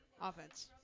Offense